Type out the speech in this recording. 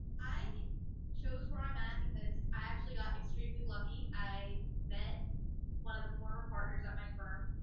i chose where i'm at because i actually got extremely lucky. i met one of the former partners at my firm,